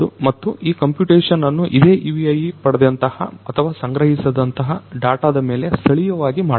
ಮತ್ತು ಈ ಕಂಪ್ಯೂಟೇಶನ್ ಅನ್ನು ಇದೆ UAV ಪಡೆದಂತಹ ಅಥವಾ ಸಂಗ್ರಹಿಸಿದಂತಹ ಡಾಟಾದಮೇಲೆ ಸ್ಥಳೀಯವಾಗಿ ಮಾಡಬಹುದು